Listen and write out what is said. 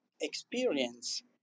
experience